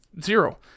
zero